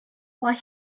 why